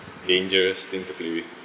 dangerous thing to play with